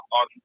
on